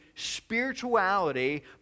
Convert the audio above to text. spirituality